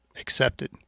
accepted